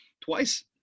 twice